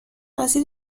نازی